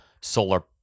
solar